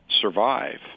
survive